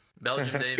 belgium